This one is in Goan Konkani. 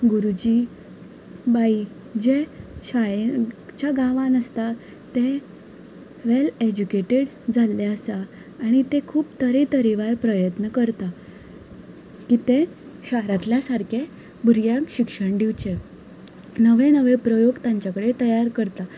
गुरुजी बाई जे शाळेन ज्या गांवांन आसता ते वेल एज्युकेटेड जाल्ले आसा आनी ते खूब तरेतेरवार प्रयत्न करता की ते शहरांतल्या सारके भुरग्यांक शिक्षण दिवचे नवे नवे प्रयत्न लोक ताचे कडेन तयार करता